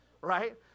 right